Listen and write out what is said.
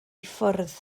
ffwrdd